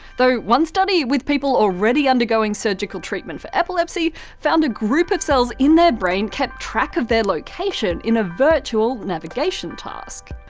though one study with people already undergoing surgical treatment for epilepsy found a group of cells in their brain keep track of their location in a virtual navigation task.